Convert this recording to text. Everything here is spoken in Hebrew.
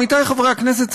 עמיתיי חברי הכנסת,